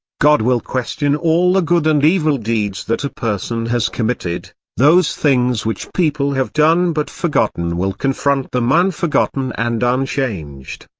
god will question all the ah good and evil deeds that a person has committed those things which people have done but forgotten will confront them unforgotten and unchanged.